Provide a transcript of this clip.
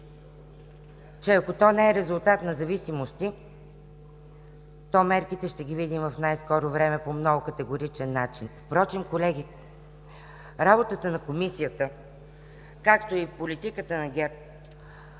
че ако то не е резултат на зависимости, мерките ще ги видим в най-скоро време по много категоричен начин. Колеги, работата на Комисията, както и политиката на ГЕРБ